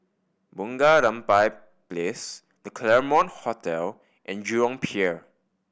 Bunga Rampai Place The Claremont Hotel and Jurong Pier